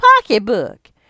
pocketbook